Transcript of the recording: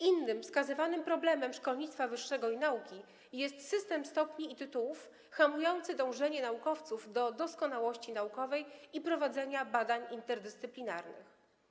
Innym wskazywanym problemem szkolnictwa wyższego i nauki jest system stopni i tytułów hamujący dążenie naukowców do doskonałości naukowej i prowadzenia badań interdyscyplinarnych.